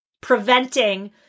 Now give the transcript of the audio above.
preventing